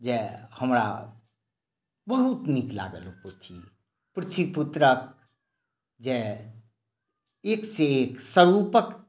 जे हमरा बहुत नीक लागल पृथ्वीपुत्रक आ जे एक सँ एक स्वरूपक